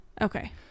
Okay